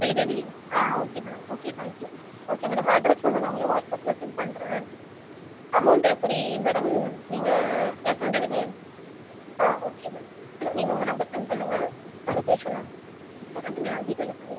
free delivery ஆ okay madam okay thank you okay madam address வந்து நான் உங்களுக்கு வாட்ஸ்அப்பில் செண்ட் பண்ணுறேன் அமௌண்ட் எப்படி மேடம் நீங்கள் கேஷ் ஆன் டெலிவரி ஆ ஓகே மேடம் நீங்கள் உங்கள் நம்பர் செண்ட் பண்ணுங்கள் நான் லொக்கேஷனை ரெண்டுமே நான் ஜிபேயில் பண்ணிடுறேன்